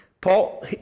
Paul